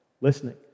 listening